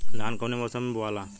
धान कौने मौसम मे बोआला?